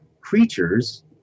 creatures